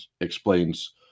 explains